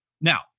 now